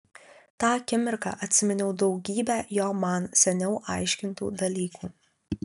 tą akimirką atsiminiau daugybę jo man seniau aiškintų dalykų